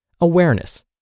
awareness